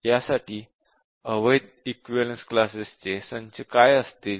यासाठी अवैध equivalence classes चे संच काय असतील